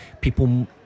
people